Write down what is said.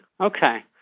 Okay